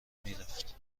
میرفت